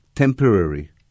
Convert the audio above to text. Temporary